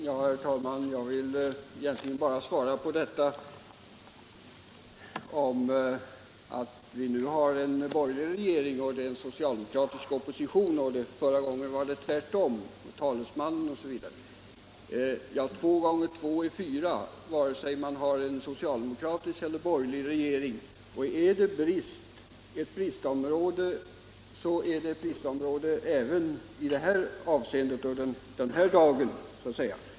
Herr talman! Jag vill egentligen bara svara på detta att vi nu har en borgerlig regering och en socialdemokratisk opposition och att det förra gången var tvärtom. Ja, två gånger två är fyra vare sig man har en socialdemokratisk eller borgerlig regering. Och är det ett bristområde så är det ett bristområde även den här dagen, så att säga.